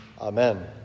Amen